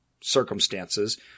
circumstances